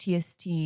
TST